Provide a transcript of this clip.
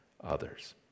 others